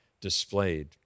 displayed